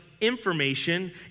information